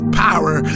power